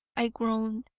i groaned.